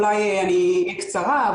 אולי אני אהיה קצרה,